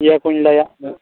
ᱤᱭᱟᱹ ᱠᱚᱧ ᱞᱟᱹᱭᱟᱫ ᱢᱮ